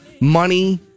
money